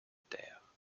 terre